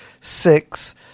six